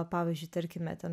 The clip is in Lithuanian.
pavyzdžiui tarkime ten